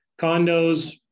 Condos